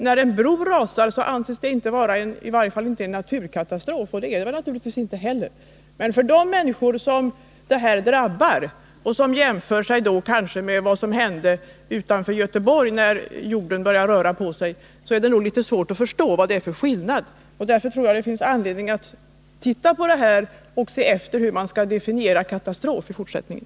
När en bro rasar anses det inte vara en katastrof i betydelsen naturkatastrof — det är det naturligtvis inte heller fråga om — men för de människor som detta drabbar och som kanske jämför det med vad som hände utanför Göteborg när jorden började röra på sig, är det nog litet svårt att förstå vari skillnaden ligger. Jag tror att det finns anledning att se närmare på frågan hur man skall definiera ordet katastrof i fortsättningen.